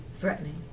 threatening